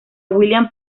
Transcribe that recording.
william